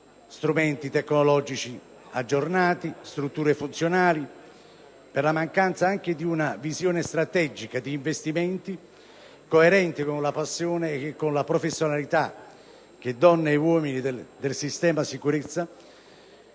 strumenti tecnologici aggiornati) e di strutture funzionali e anche per la mancanza di una visione strategica degli investimenti coerente con la passione e la professionalità che donne e uomini del comparto sicurezza